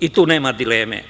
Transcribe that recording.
i tu nema dileme.